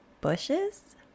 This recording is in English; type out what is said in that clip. bushes